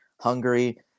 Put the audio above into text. Hungary